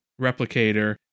replicator